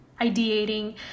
ideating